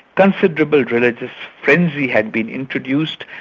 considerable religious frenzy had been introduced,